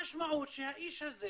המשמעות שהאיש הזה